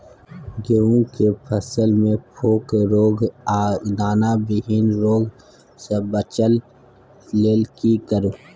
गेहूं के फसल मे फोक रोग आ दाना विहीन रोग सॅ बचबय लेल की करू?